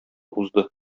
узды